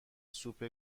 سوپ